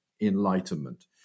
enlightenment